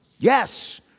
Yes